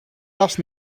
les